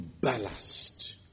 ballast